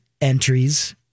entries